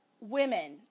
women